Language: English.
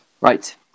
Right